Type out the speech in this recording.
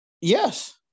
Yes